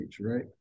right